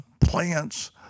plants